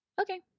okay